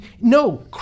no